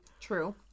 True